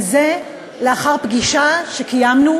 וזה לאחר פגישות שקיימנו,